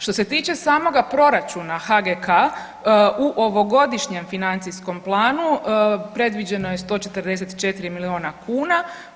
Što se tiče samoga proračuna HGK u ovogodišnjem financijskom planu predviđeno je 144 milijuna kuna.